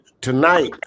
tonight